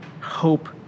hope